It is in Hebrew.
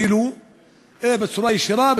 אפילו בצורה ישירה,